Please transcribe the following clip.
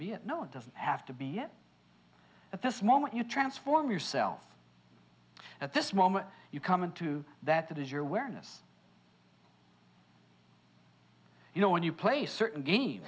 a no it doesn't have to be it at this moment you transform yourself at this moment you come into that that is your awareness you know when you play a certain game